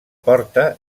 porta